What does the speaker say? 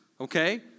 okay